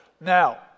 Now